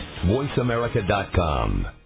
VoiceAmerica.com